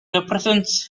represents